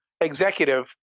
executive